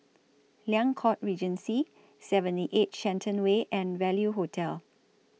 Liang Court Regency seventy eight Shenton Way and Value Hotel